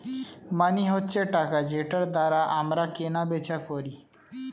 মানি হচ্ছে টাকা যেটার দ্বারা আমরা কেনা বেচা করি